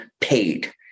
paid